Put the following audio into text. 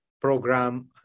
program